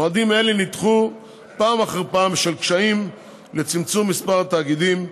מועדים אלה נדחו פעם אחר פעם בשל קשיים לצמצום מספר התאגידים,